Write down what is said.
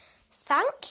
Thank